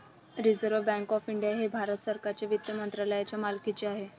reserve bank of India हे भारत सरकारच्या वित्त मंत्रालयाच्या मालकीचे आहे